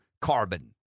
carbon